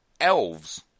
elves